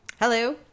Hello